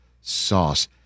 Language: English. sauce